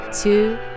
two